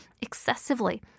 excessively